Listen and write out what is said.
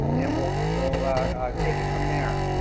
and we'll we'll take it from there.